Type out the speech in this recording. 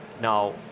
Now